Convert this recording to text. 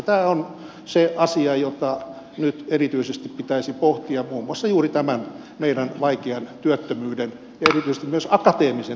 tämä on se asia jota nyt erityisesti pitäisi pohtia muun muassa juuri tämän meidän vaikean työttömyyden ja erityisesti myös akateemisen työttömyyden osalta